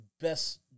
best